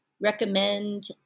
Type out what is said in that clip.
recommend